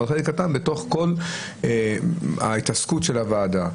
אבל חלק קטן בתוך כל ההתעסקות של הוועדה.